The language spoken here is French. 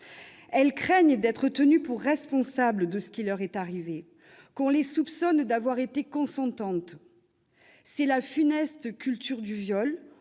Elles craignent d'être tenues pour responsables de ce qui leur est arrivé, qu'on les soupçonne d'avoir été consentantes. C'est la funeste « culture du viol